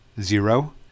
zero